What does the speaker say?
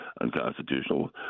unconstitutional